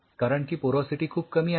कारण की पोरॉसिटी खूप कमी आहे